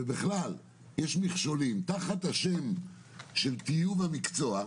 ובכלל, יש מכשולים, תחת השם של טיוב המקצוע.